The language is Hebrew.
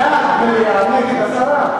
בעד, מליאה, נגד, הסרה.